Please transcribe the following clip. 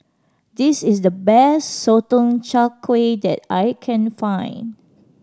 this is the best Sotong Char Kway that I can find